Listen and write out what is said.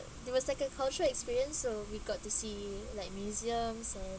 it was like a cultural experience so we got to see like museums and